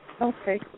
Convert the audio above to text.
Okay